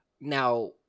Now